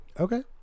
Okay